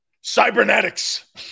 Cybernetics